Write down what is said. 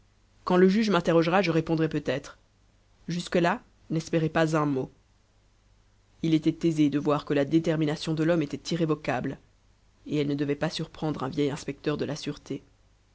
quand le juge m'interrogera je répondrai peut-être jusque-là n'espérez pas un mot il était aisé de voir que la détermination de l'homme était irrévocable et elle ne devait pas surprendre un vieil inspecteur de la sûreté